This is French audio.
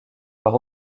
par